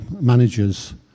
managers